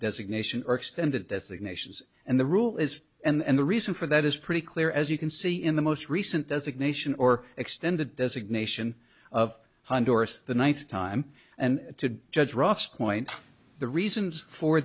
designation are extended designations and the rule is and the reason for that is pretty clear as you can see in the most recent designation or extended designation of honduras the ninth time and to judge ross point the reasons for